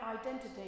identity